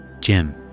Jim